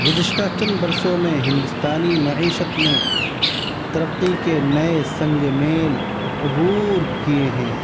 گزشتہ چند برسوں میں ہندوستانی معیشت نے ترقی کے نئے سنگ میل عبور کیے ہیں